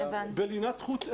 בלינת חוץ,